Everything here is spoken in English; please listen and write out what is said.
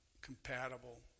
compatible